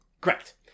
Correct